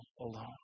alone